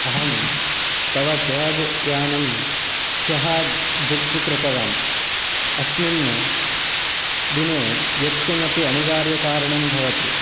अहं तव केब् यानं ह्यः बुक् कृतवान् अस्मिन् दिने यत्किमपि अनिवार्यकारणं भवति